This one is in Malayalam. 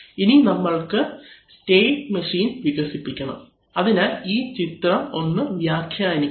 ഇനി നമ്മൾക്ക് സ്റ്റേറ്റ് മെഷീൻ വികസിപ്പിക്കണം അതിനാൽ ഈ ചിത്രം ഒന്ന് വ്യാഖ്യാനിക്കാം